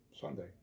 Sunday